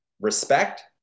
respect